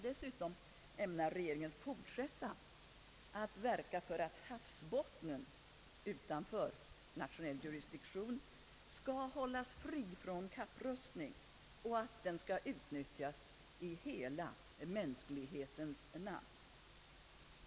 Dessutom ämnar regeringen fortsätta att verka för att havsbotten utanför nationell jurisdiktion hålls fri från kapprustning och att den utnyttjas i hela mänsklighetens intresse.